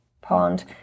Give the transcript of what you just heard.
pond